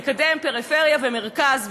לקדם פריפריה למרכז,